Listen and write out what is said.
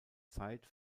zeit